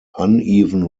uneven